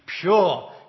pure